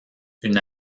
une